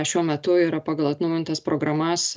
šiuo metu yra pagal atnaujintas programas